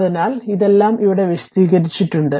അതിനാൽ ഇതെല്ലാം ഇവിടെ വിശദീകരിച്ചിട്ടുണ്ട്